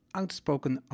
outspoken